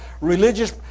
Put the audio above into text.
religious